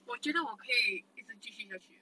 我觉得我可以一直继续下去 eh